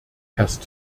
erst